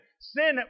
Sin